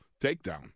takedown